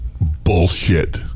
bullshit